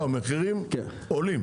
לא, מחירים עולים.